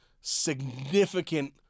significant